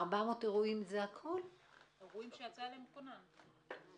אירועים שיצא אליהם כונן.